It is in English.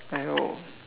I know